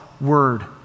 word